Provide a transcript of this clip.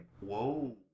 Whoa